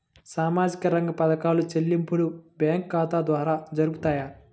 సామాజిక రంగ పథకాల చెల్లింపులు బ్యాంకు ఖాతా ద్వార జరుగుతాయా?